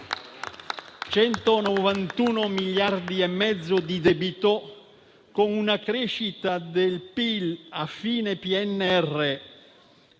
191 miliardi e mezzo di debito, con una crescita del PIL, a fine PNRR,